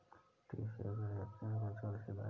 tree shaker से पेड़ को जोर से हिलाया जाता है